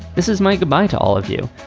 this is my goodbye to all of you.